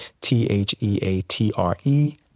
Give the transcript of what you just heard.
T-H-E-A-T-R-E